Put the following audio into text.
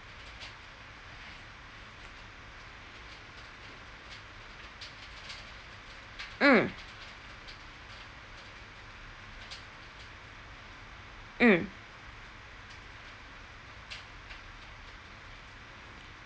mm mm